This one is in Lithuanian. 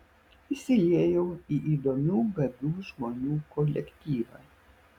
įsiliejau į įdomių gabių žmonių kolektyvą